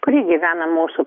kuri gyvena mūsų